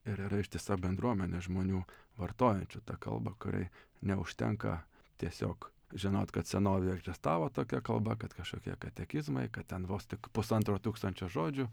ir yra ištisa bendruomenė žmonių vartojančių tą kalbą kuriai neužtenka tiesiog žinot kad senovėj egzistavo tokia kalba kad kažkokie katekizmai kad ten vos tik pusantro tūkstančio žodžių